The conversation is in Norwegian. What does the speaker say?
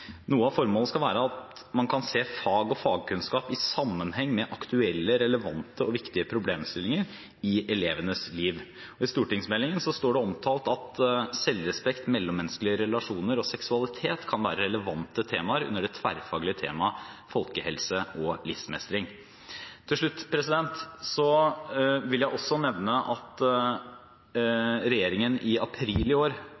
Noe av formålet skal være at man kan se fag og fagkunnskap i sammenheng med aktuelle, relevante og viktige problemstillinger i elevenes liv. I stortingsmeldingen står det omtalt at selvrespekt, mellommenneskelige relasjoner og seksualitet kan være relevante temaer under det tverrfaglige temaet folkehelse og livsmestring. Til slutt vil jeg også nevne at regjeringen i april i år